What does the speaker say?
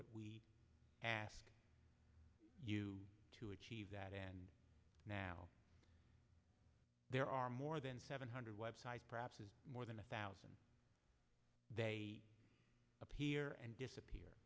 it we ask you to achieve that and now there are more than seven hundred websites perhaps is more than a thousand they appear and disappear